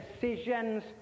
decisions